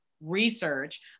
research